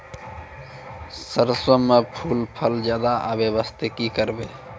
सरसों म फूल फल ज्यादा आबै बास्ते कि करबै?